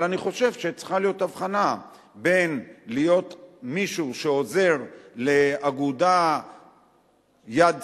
אבל אני חושב שצריכה להיות הבחנה בין להיות מישהו שעוזר לאגודת "יד שרה"